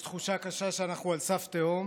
יש תחושה קשה שאנחנו על סף תהום,